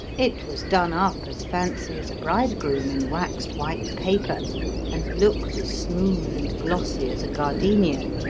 it was done up as fancy as a bridegroom in waxed white paper and looked as smooth and glossy as a gardenia.